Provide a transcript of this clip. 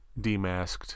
demasked